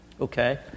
Okay